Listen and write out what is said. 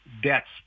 debts